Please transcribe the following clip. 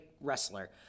wrestler